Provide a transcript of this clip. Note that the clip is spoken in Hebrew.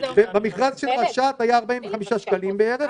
במכרז של רש"ת זה היה 45 שקלים בערך.